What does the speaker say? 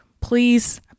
please